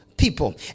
people